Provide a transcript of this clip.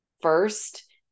first